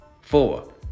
Four